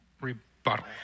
rebuttal